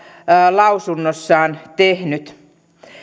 lausunnossaan tehnyt